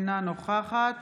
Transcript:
אינה נוכחת